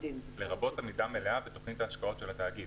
לרבות עמידה מלאה בתוכנית ההשקעות של התאגיד,